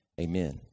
Amen